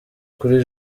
kuri